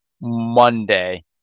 Monday